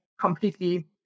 completely